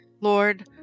Lord